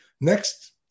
Next